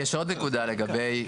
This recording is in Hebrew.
יש עוד נקודה לגבי,